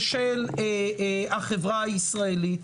ושל החברה הישראלית,